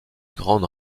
grandes